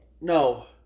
No